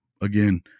Again